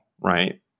right